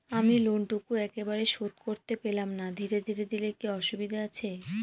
আমি লোনটুকু একবারে শোধ করতে পেলাম না ধীরে ধীরে দিলে কি অসুবিধে আছে?